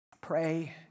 pray